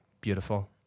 beautiful